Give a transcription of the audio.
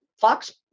Fox